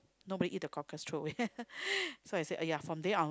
nobody eat the cockles throw away so I say !aiya! from then onward